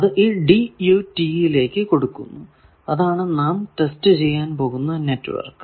അത് ഈ DUT യിലേക്ക് കൊടുക്കുന്നു അതാണ് നാം ടെസ്റ്റ് ചെയ്യാൻ പോകുന്ന നെറ്റ്വർക്ക്